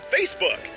Facebook